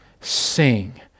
Sing